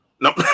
Nope